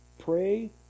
Pray